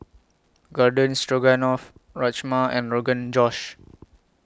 Garden Stroganoff Rajma and Rogan Josh